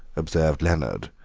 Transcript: observed leonard,